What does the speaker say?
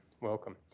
Welcome